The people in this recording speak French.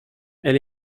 elle